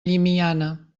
llimiana